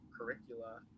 curricula